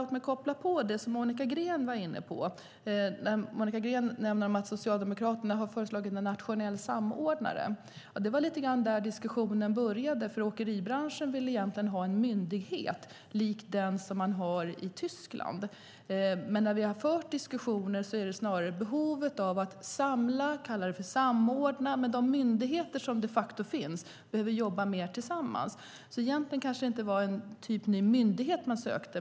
Låt mig koppla till det som Monica Green var inne på. Monica Green nämnde att Socialdemokraterna har föreslagit att en nationell samordnare inrättas. Det var lite grann där diskussionen började. Åkeribranschen vill egentligen ha en myndighet likt vad man har i Tyskland. Men när vi fört diskussioner har det snarare gällt behovet av att samordna med de myndigheter som de facto finns och att de behöver jobba mer tillsammans. Egentligen var det kanske en ny myndighet man sökte.